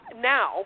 now